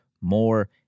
more